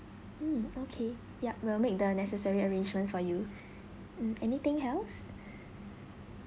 mm okay yup we'll make the necessary arrangements for you mm anything else